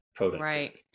Right